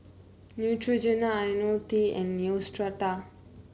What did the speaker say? Neutrogena IoniL T and Neostrata